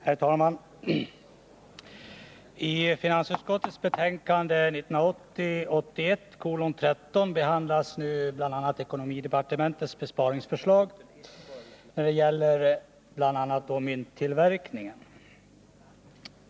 Herr talman! I finansutskottets betänkande 1980/81:13 behandlas bl.a. ekonomidepartementets besparingsförslag när det gäller mynttillverkning.